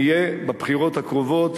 נהיה בבחירות הקרובות,